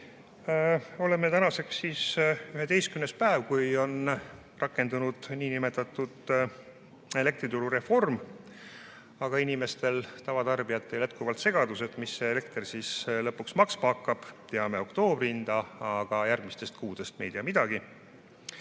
päev [sellest ajast], kui on rakendunud niinimetatud elektrituru reform, aga inimestel, tavatarbijatel on jätkuvalt segadus, mis see elekter siis lõpuks maksma hakkab. Teame oktoobri hinda, aga järgmistest kuudest me ei tea midagi.